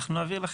אנחנו נעביר לכם.